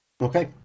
okay